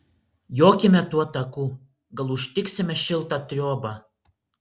jokime tuo taku gal užtiksime šiltą triobą